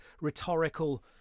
rhetorical